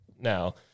now